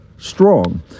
strong